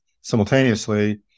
simultaneously